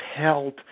held